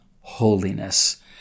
holiness